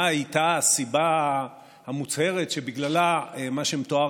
מה הייתה הסיבה המוצהרת שבגללה מה שמתואר